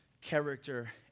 character